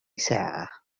ساعة